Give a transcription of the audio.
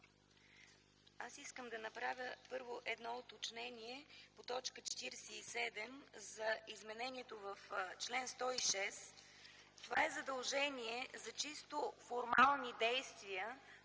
искам да направя, едно уточнение по т. 47 – за изменението в чл. 106. Това е задължение за чисто формални действия,